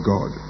God